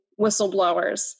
whistleblowers